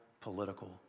political